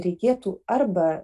reikėtų arba